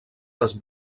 les